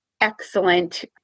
excellent